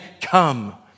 Come